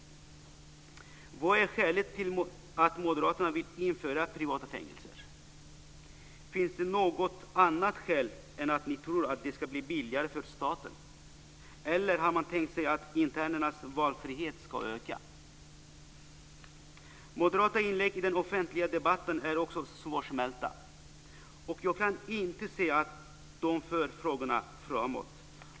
Vad är skälet till att Moderaterna vill införa privata fängelser? Finns det något annat skäl än att ni tror att det ska bli billigare för staten? Eller har man tänkt sig att internernas valfrihet ska öka? Moderata inlägg i den offentliga debatten är också svårsmälta, och jag kan inte se att de för frågorna framåt.